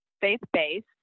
faith-based